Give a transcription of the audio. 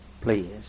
Please